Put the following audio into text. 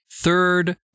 Third